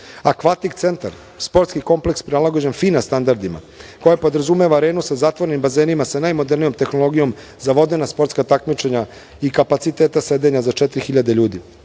akvatik centar, sportski kompleks prilagođen FINA standardima koji podrazumeva arenu sa zatvorenim bazenima sa najmodernijom tehnologijom za vodena sportska takmičenja i kapaciteta sedenja sa 4.000 ljudi. Novi